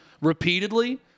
repeatedly